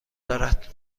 دارد